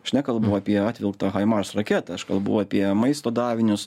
aš nekalbu apie atvilktą haimaš raketą aš kalbu apie maisto davinius